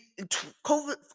COVID